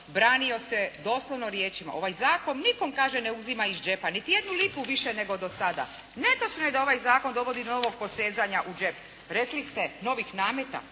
branio se doslovno riječima. Ovaj Zakon nikome kaže ne uzima iz džepa, niti jednu lipu više nego do sada. Netočno je da ovaj Zakon dovodi do novog posezanja u džep. Rekli ste, novih nameta,